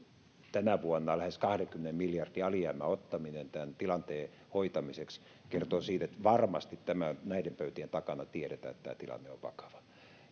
tänä vuonna lähes kahdenkymmenen miljardin alijäämän ottaminen tämän tilanteen hoitamiseksi kertoo siitä että varmasti näiden pöytien takana tiedetään että tämä tilanne on vakava